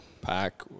Pack